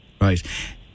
Right